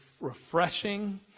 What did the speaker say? refreshing